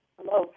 Hello